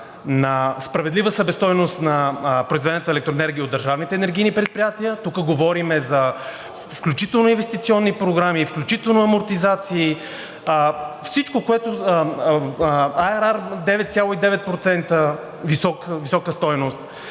справедлива себестойност на произведената електроенергия от държавните енергийни предприятия, тук говорим включително за инвестиционни програми, включително за амортизации, IRR 9,9% висока стойност